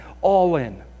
all-in